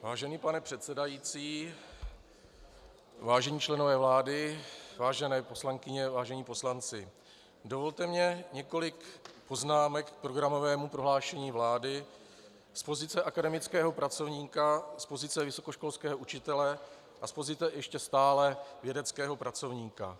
Vážený pane předsedající, vážení členové vlády, vážené poslankyně, vážení poslanci, dovolte mi několik poznámek k programovému prohlášení vlády z pozice akademického pracovníka, z pozice vysokoškolského učitele a z pozice ještě stále vědeckého pracovníka.